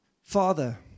Father